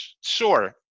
Sure